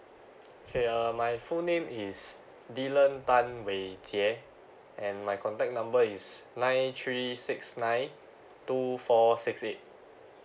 okay uh my full name is delan tan wei jie and my contact number is nine three six nine two four six eight